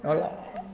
!walao!